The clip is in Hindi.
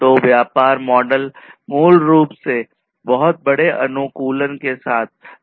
तो व्यापार मॉडल मूल रूप से बहुत बड़े अनुकूलन के साथ सीधा संबंध रखता है